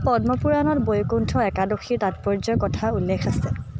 পদ্মপুৰাণত বৈকুণ্ঠ একাদশীৰ তাৎপৰ্য্যৰ কথা উল্লেখ আছে